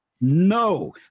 No